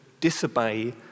disobey